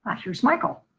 i choose michael.